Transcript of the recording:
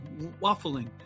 waffling